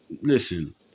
Listen